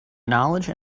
knowledge